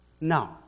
Now